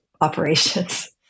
operations